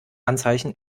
anzeichen